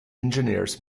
engineers